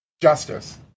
justice